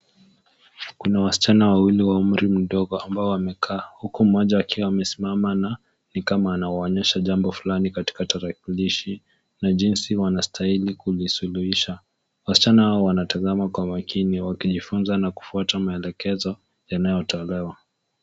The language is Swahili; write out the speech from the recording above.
Kuna wasichana wawili wa umri mdogo, ambao wamekaa. Huku mmoja akiwa amesimama na, ni kama anawaonyesha jambo fulani katika tarakilishi, na jinsi wanastahili kuvisuluhisha. Wasichana hao wanatazama kwa makini wakijifunza na kufuata maelekezo, yanayotolewa.